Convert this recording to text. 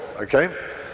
okay